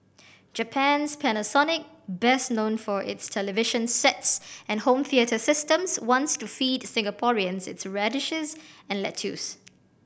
Japan's Panasonic best known for its television sets and home theatre systems wants to feed Singaporeans its radishes and lettuce